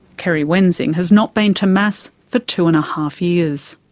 kerry wensing has not been to mass for two and a half years.